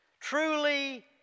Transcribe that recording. Truly